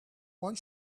one